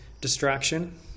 distraction